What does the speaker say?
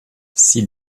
six